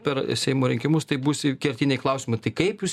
per seimo rinkimus tai bus kertiniai klausimai tai kaip jūs